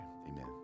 Amen